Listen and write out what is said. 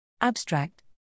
Abstract